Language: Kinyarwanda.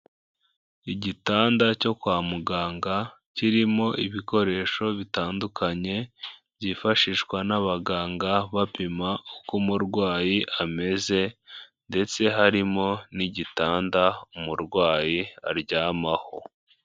Igitanda cyo kwa muganga kirimo ibikoresho bitandukanye byifashishwa n'abaganga bapima uko umurwayi ameze ndetse harimo n'igitanda umurwayi aryamaho.